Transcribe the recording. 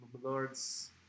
lords